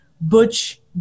butch